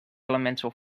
elemental